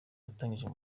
yatangiye